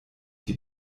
die